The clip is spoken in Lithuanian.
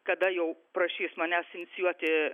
kada jau prašys manęs inicijuoti